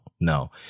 no